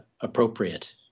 appropriate